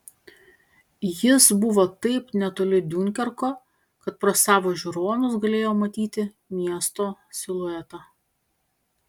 jis buvo taip netoli diunkerko kad pro savo žiūronus galėjo matyti miesto siluetą